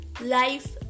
life